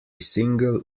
single